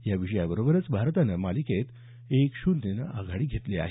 या विजयाबरोबरच भारतानं मालिकेत एक शून्यनं आघाडी घेतली आहे